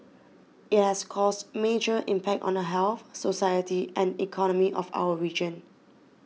it has caused major impact on the health society and economy of our region